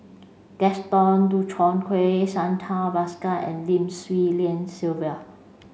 Gaston Dutronquoy Santha Bhaskar and Lim Swee Lian Sylvia